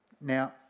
Now